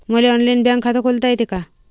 मले online bank खात खोलता येते का?